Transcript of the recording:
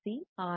C R